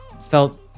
felt